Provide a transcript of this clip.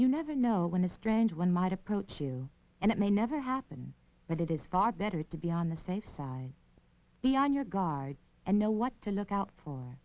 you never know when a strange one might approach you and it may never happen but it is far better to be on the safe side be on your guard and know what to look out for